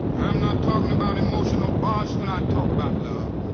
i'm not talking about emotional bosh when i talk about love